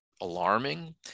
alarming